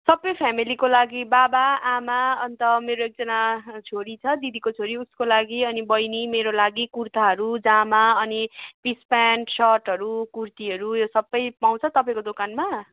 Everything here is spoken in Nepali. सबै फेमिलीको लागि बाबा आमा अन्त मेरो एकजना छोरी छ दिदीको छोरी उसको लागि अनि बहिनी मेरो लागि कुर्ताहरू जामा अनि पिस पेन्ट सर्टहरू कुर्तीहरू यो सबै पाउँछ तपाईँको दोकानमा